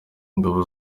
ingabo